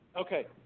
Okay